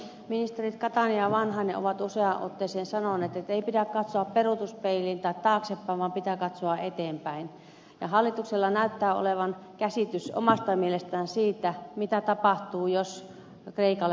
ministerit katainen ja vanhanen ovat useaan otteeseen sanoneet ettei pidä katsoa peruutuspeiliin tai taaksepäin vaan pitää katsoa eteenpäin ja hallituksella näyttää olevan käsitys omasta mielestään siitä mitä tapahtuu jos kreikalle ei lainaa myönnetä